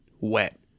wet